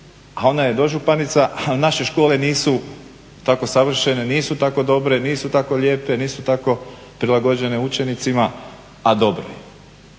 A ona je dožupanica, a naše škole nisu tako savršene, nisu tako dobre, nisu tako lijepe, nisu tako prilagođene učenicima, a dobro